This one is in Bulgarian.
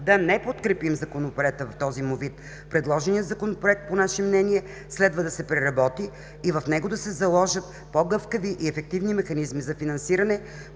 да не подкрепим Законопроекта в този му вид. Предложеният Законопроект по наше мнение следва да се преработи и в него да се заложат по-гъвкави и ефективни механизми за финансиране,